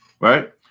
right